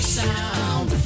sound